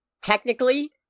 technically